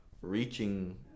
reaching